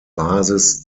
basis